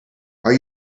are